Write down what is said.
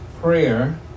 prayer